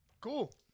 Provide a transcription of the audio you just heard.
Cool